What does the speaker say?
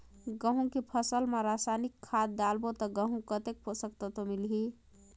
गंहू के फसल मा रसायनिक खाद डालबो ता गंहू कतेक पोषक तत्व मिलही?